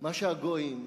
מה שהגויים אומרים,